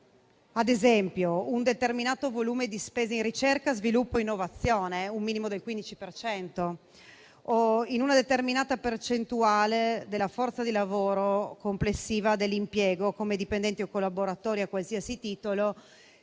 ad esempio, un determinato volume di spese in ricerca, sviluppo e innovazione, un minimo del 15 per cento, o una determinata percentuale della forza di lavoro complessiva dell'impiego, come dipendenti o collaboratori a qualsiasi titolo,